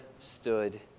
stood